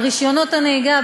על רישיונות הנהיגה,